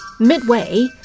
midway